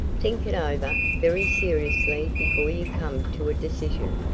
think it over very seriously before you come to a decision,